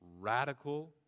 radical